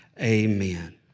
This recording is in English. Amen